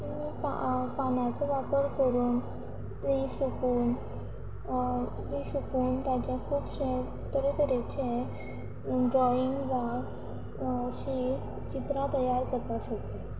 तुमी पानांचो वापर करून तीं सुकोवून तीं सुकोवून ताचे खुबशे तरे तरेचे ड्रॉइंग वा अशीं चित्रां तयार करपा शकता